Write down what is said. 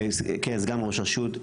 סגן ראש רשות.